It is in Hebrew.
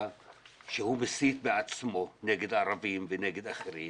שהוא מסית בעצמו נגד הערבים ונגד אחרים,